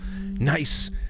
nice